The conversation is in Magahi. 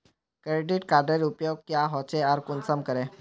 क्रेडिट कार्डेर उपयोग क्याँ होचे आर कुंसम करे?